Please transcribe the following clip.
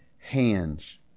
hands